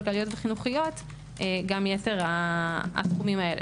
כלכליות וחינוכיות גם יתר התחומים האלה.